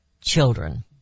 children